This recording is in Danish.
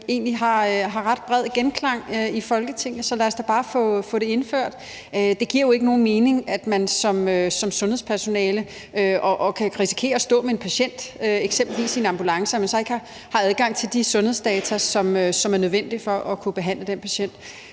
Alliance har ret bred genklang i Folketinget. Så lad os da bare få det indført. Det giver jo ikke nogen mening, at man som sundhedspersonale kan risikere at stå med en patient, eksempelvis i en ambulance, hvor man så ikke har adgang til de sundhedsdata, som er nødvendige for at kunne behandle den patient.